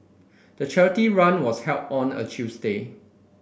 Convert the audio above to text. the charity run was held on a Tuesday